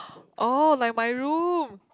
oh like my room